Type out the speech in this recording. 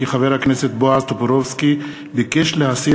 כי חבר הכנסת בועז טופורובסקי ביקש להסיר